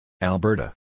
Alberta